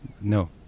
No